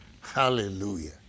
Hallelujah